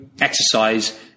exercise